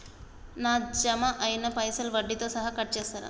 నా జమ అయినా పైసల్ వడ్డీతో సహా కట్ చేస్తరా?